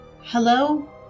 hello